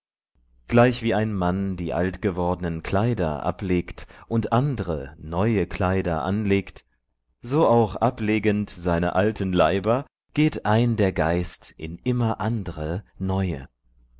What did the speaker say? gleichwie ein mann die altgewordnen kleider ablegt und andre neue kleider anlegt so auch ablegend seine alten leiber geht ein der geist in immer andre neue